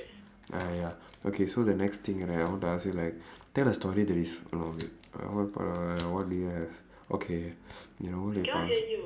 ya ya ya okay so the next thing right I want to ask you like tell a story that is no wait uh uh what do we have okay ஒரு ஊருலே இருப்பான்:oru uurulee iruppaan